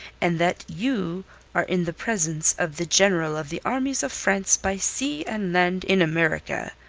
and that you are in the presence of the general of the armies of france by sea and land in america.